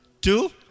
two